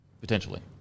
Potentially